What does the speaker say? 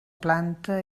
planta